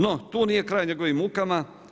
No, tu nije kraj njegovim mukama.